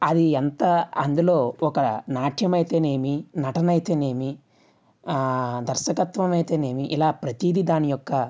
అది ఎంత అందులో ఒక నాట్యం అయితేనేమి నటన అయితేనేమి ఆ దర్శకత్వం అయితేనేమి ఇలా ప్రతిది దాని యొక్క